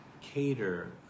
cater